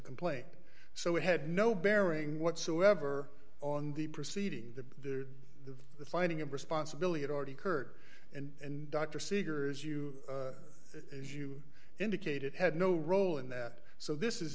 complaint so it had no bearing whatsoever on the proceeding the finding of responsibility it already occurred and dr seeger's you as you indicated had no role in that so this is